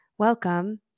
Welcome